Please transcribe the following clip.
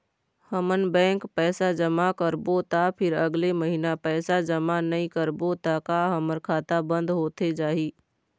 हमन बैंक पैसा जमा करबो ता फिर अगले महीना पैसा जमा नई करबो ता का हमर खाता बंद होथे जाही?